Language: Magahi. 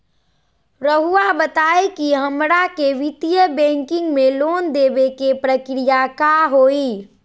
रहुआ बताएं कि हमरा के वित्तीय बैंकिंग में लोन दे बे के प्रक्रिया का होई?